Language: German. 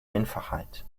einfachheit